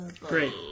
Great